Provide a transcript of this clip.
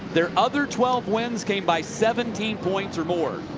their other twelve wins came by seventeen points or more.